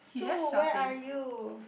Sue where are you